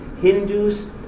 hindus